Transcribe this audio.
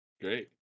great